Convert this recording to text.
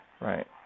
Right